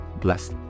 Bless